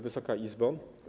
Wysoka Izbo!